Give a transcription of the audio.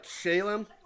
Shalem